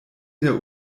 der